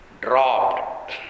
dropped